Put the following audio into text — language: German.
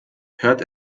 hört